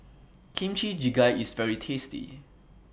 Kimchi Jjigae IS very tasty